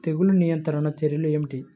తెగులు నియంత్రణ చర్యలు ఏమిటి?